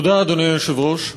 תודה, אדוני היושב-ראש,